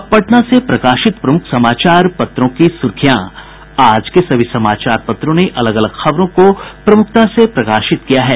अब पटना से प्रकाशित प्रमुख समाचार पत्रों की सुर्खियां आज के सभी समाचार पत्रों ने अलग अलग खबरों को प्रमुखता से प्रकाशित किया है